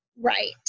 right